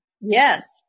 Yes